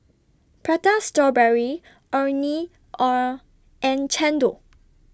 Prata Strawberry Orh Nee Are and Chendol